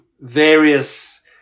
various